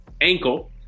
ankle